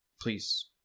Please